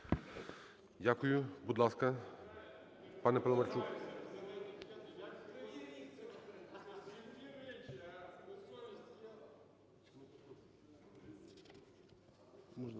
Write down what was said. Дякую. Будь ласка, пане Паламарчук.